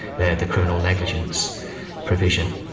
the the criminal negligence provision.